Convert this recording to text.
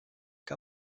què